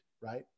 right